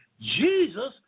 Jesus